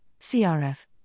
CRF